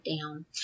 down